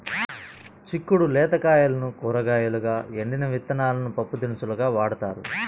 చిక్కుడు లేత కాయలను కూరగాయలుగా, ఎండిన విత్తనాలను పప్పుదినుసులుగా వాడతారు